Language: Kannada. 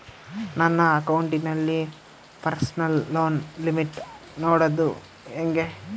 ನನ್ನ ಅಕೌಂಟಿನಲ್ಲಿ ಪರ್ಸನಲ್ ಲೋನ್ ಲಿಮಿಟ್ ನೋಡದು ಹೆಂಗೆ?